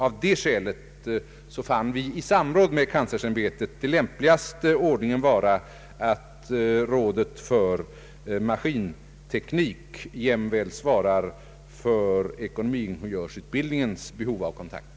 Av det skälet fann vi i samråd med kanslersämbetet den lämpligaste ordningen vara att rådet för maskinteknik jämväl svarar för ekonomiingenjörsutbildningens behov av kontakt.